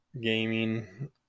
gaming